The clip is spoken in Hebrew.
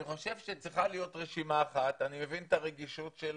אני חושב שצריכה להיות רשימה אחת ואני מבין את הרגישות של